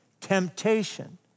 temptation